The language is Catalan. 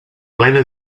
plena